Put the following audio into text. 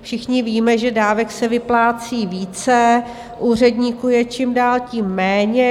Všichni víme, že dávek se vyplácí více, úředníků je čím dál tím méně.